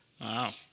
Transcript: wow